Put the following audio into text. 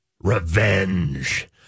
revenge